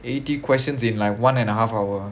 eighty questions in like one and a half hour